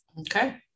Okay